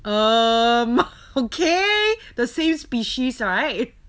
um okay the same species right